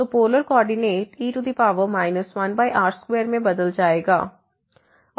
तो polar coordinate e 1r2 में बदल जाएगा